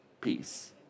peace